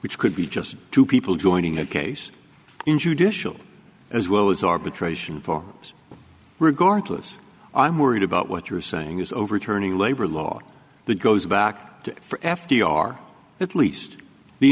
which could be just two people joining a case in judicial as well as arbitration for regardless i'm worried about what you're saying is overturning labor law the goes back to for f d r at least the